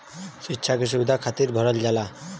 सिक्षा के सुविधा खातिर भरल जाला